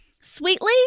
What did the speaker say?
Sweetly